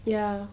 ya